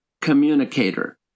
communicator